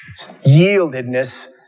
yieldedness